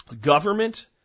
Government